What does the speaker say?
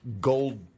gold